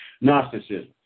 Gnosticism